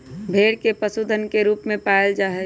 भेड़ के पशुधन के रूप में पालल जा हई